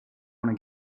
wanna